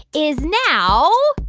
is now